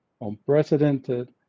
unprecedented